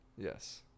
Yes